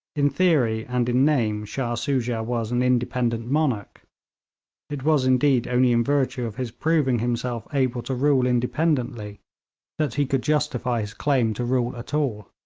in theory and in name shah soojah was an independent monarch it was, indeed, only in virtue of his proving himself able to rule independently that he could justify his claim to rule at all.